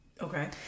Okay